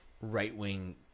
right-wing